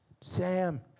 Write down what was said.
Sam